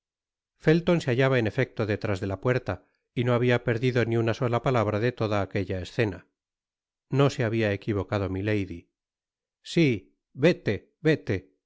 pelton se hallaba en efecto detrás de la puerta y no habia perdido ni una sola palabra de toda aquella escena no se habia equivocado milady si vete vete